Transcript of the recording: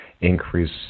increase